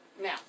now